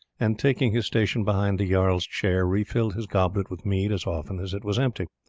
and taking his station behind the jarl's chair, refilled his goblet with mead as often as it was empty.